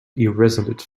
irresolute